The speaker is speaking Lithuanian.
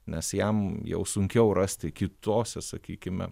nes jam jau sunkiau rasti kitose sakykime